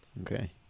Okay